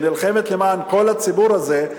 שנלחמת למען כל הציבור הזה,